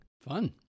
Fun